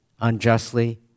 unjustly